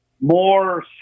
More